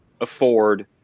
afford